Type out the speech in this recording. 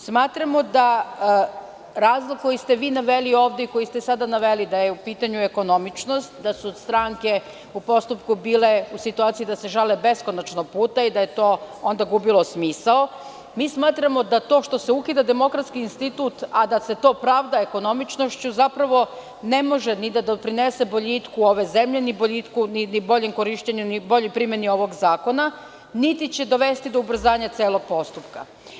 Smatramo da razlog koji ste naveli ovde i koji ste sada naveli, da je u pitanju ekonomičnost, da su stranke u postupku bile u situaciji da se žale beskonačno puta i da je to onda gubilo smisao, mi smatramo da to što se ukida demokratski institut, a da se to pravda ekonomičnošću, zapravo ne može ni da doprinese boljitku ove zemlje, ni boljem korišćenju, ni boljoj primeni ovog zakona, niti će dovesti do ubrzanja celog postupka.